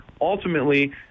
ultimately